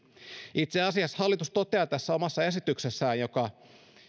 itse asiassa hallitus toteaa omassa esityksessään joka